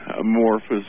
amorphous